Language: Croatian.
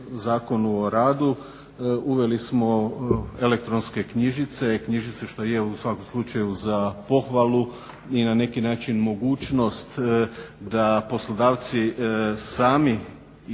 uveli smo elektronske knjižice, knjižicu što je u svakom slučaju za pohvalu i na neki način mogućnost da poslodavci sami prijavljuju